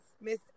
Miss